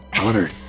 honored